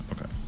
Okay